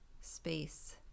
space